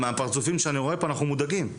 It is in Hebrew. מהפרצופים שאני רואה פה אנחנו מודאגים,